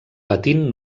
patint